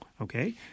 Okay